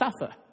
suffer